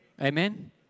Amen